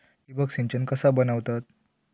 ठिबक सिंचन कसा बनवतत?